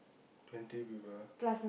twenty people